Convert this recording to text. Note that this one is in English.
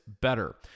better